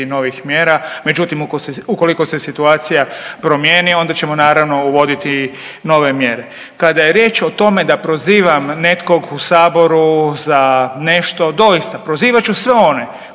novih mjera, međutim ukoliko se situacija promijeni onda ćemo naravno uvoditi nove mjere. Kada je riječ o tome da prozivam netkog u Saboru za nešto, doista prozivat ću sve one